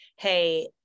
Hey